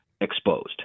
exposed